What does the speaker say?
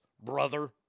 brother